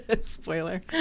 Spoiler